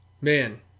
man